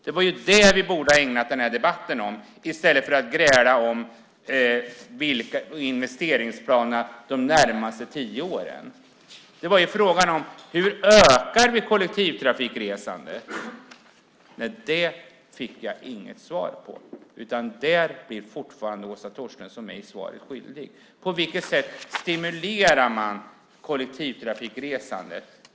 Det är det vi borde ha ägnat debatten åt i stället för att gräla om de närmaste tio årens investeringsplaner. Hur ökar vi kollektivtrafikresandet? Den frågan fick jag inget svar på. Där är Åsa Torstensson mig svaret skyldig. På vilket sätt stimulerar man kollektivtrafikresandet?